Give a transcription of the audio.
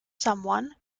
someone